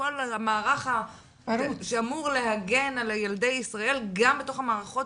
כל המערך שאמור להגן על ילדי ישראל גם בתוך המערכות